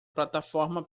plataforma